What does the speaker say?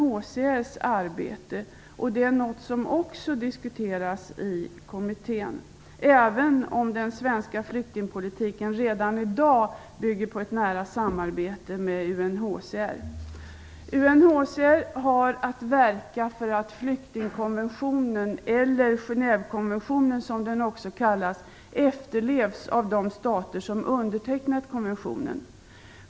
Också detta är något som diskuteras i kommittén, även om den svenska flyktingpolitiken redan i dag bygger på ett nära samarbete med UNHCR. UNHCR har att verka för att flyktingkonventionen, eller Genèvekonventionen som den också kallas, efterlevs av de stater som har undertecknat konventionen.